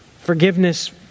forgiveness